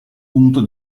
punto